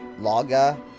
Laga